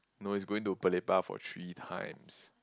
no is going to Pelepah for three times